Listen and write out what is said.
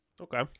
Okay